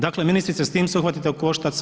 Dakle ministrice, s tim se uhvatite u koštac.